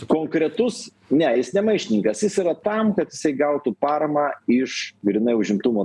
konkretus ne jis ne maištininkas jis yra tam kad jisai gautų paramą iš grynai užimtumo